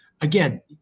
Again